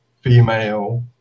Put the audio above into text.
female